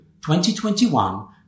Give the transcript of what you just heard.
2021